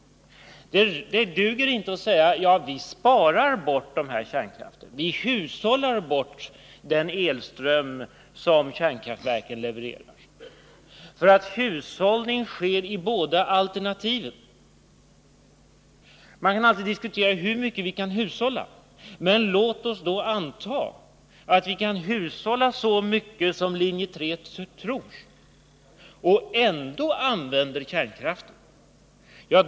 Det duger inte att säga: Vi spar in de här kärnkraftverken, vi hushållar så att vi inte behöver den elström som kärnkraftverken skulle leverera. — Hushållning sker nämligen i båda alternativen. Man kan alltid diskutera hur mycket vi kan hushålla. Men låt oss anta att vi kan hushålla så mycket som linje 3 tror och ändå använda kärnkraft.